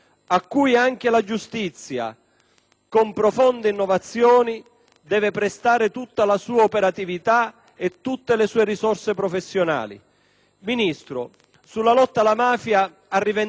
con profonde innovazioni, deve prestare tutta la sua operatività e tutte le sue risorse professionali. Signor Ministro, lei ha rivendicato con orgoglio alcuni risultati